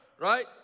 Right